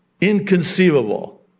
inconceivable